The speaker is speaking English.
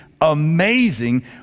amazing